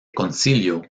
concilio